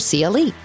CLE